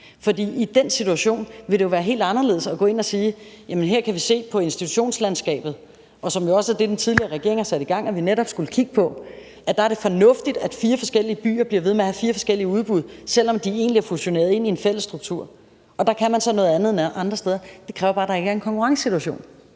for i den situation vil det jo være helt anderledes at gå ind og sige: Jamen her kan vi se på institutionslandskabet, hvilket jo netop også var det, den tidligere regering satte i gang, og opleve, at der er det fornuftigt, at fire forskellige byer bliver ved med at have fire forskellige udbud, selv om de egentlig er fusioneret ind i en fællesstruktur, og der kan man så noget andet, end man kan andre steder, det kræver bare, at der ikke er en konkurrencesituation.